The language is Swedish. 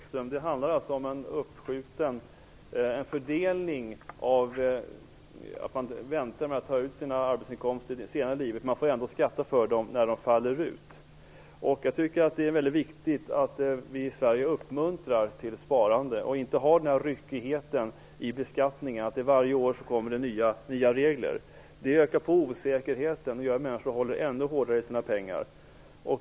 Fru talman! Det handlar alltså om en fördelning och att man väntar med att ta ut sina arbetsinkomster till senare i livet, Lars Bäckström. Man får ändå skatta för dem när de faller ut. Jag tycker att det är mycket viktigt att vi i Sverige uppmuntrar till sparande och inte har den här ryckigheten i beskattningen som innebär att det kommer nya regler varje år. Det ökar osäkerheten och gör att människor håller ändå hårdare i sina pengar.